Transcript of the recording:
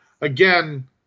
Again